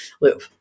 loop